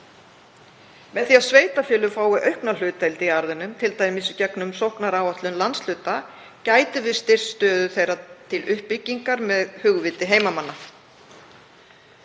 Með því að sveitarfélögin fái aukna hlutdeild í arðinum, t.d. í gegnum sóknaráætlun landshluta, gætum við styrkt stöðu þeirra til uppbyggingar með hugviti heimamanna.